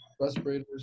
Respirators